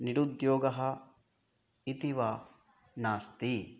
निरुद्योगः इति वा नास्ति